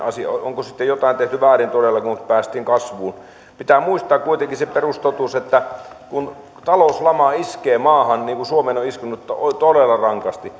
onko sitten jotain tehty todella väärin kun päästiin kasvuun pitää muistaa kuitenkin se perustotuus että kun talouslama iskee maahan niin kuin suomeen on iskenyt todella rankasti